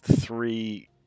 three